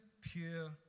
pure